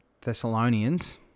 Thessalonians